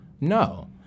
No